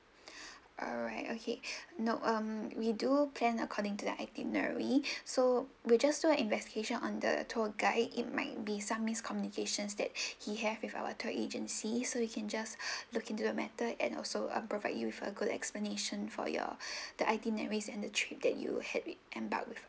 alright okay no um we do plan according to the itinerary so we'll just do an investigation on the tour guide it might be some miscommunications that he have with our tour agency so we can just look into the matter and also uh provide you with a good explanation for your the itineraries and the trip that you had with embarked with